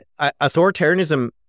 authoritarianism